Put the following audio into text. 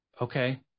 Okay